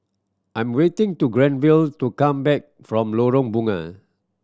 I'm waiting to Granville to come back from Lorong Bunga